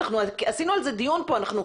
עשינו על זה דיון פה.